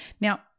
now